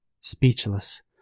Speechless